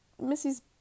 Missy's